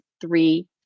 three